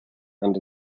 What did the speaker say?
and